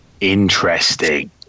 Interesting